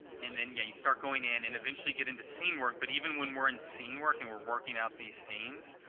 and then, yeah, you start going in and eventually get into scene work. but even when we're in scene work and we're working out these scenes,